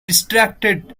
distracted